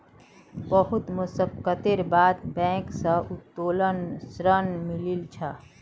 बहुत मशक्कतेर बाद बैंक स उत्तोलन ऋण मिलील छ